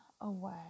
away